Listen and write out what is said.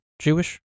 Jewish